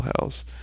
House